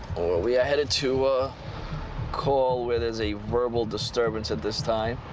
we are headed to a call where there's a verbal disturbance at this time.